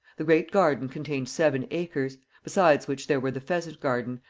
the great garden contained seven acres besides which there were the pheasant garden,